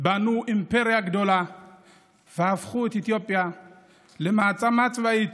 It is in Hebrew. בנו אימפריה גדולה והפכו את אתיופיה למעצמה צבאית,